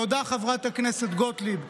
תודה חברת הכנסת גוטליב,